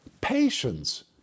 patience